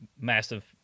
massive